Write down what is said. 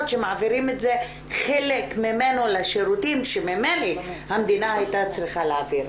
שמעבירים את זה חלק ממנו לשירותים שממילא המדינה הייתה צריכה להעביר.